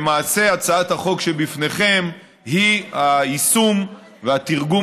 למעשה הצעת החוק שלפניכם היא היישום והתרגום